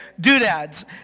doodads